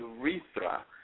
urethra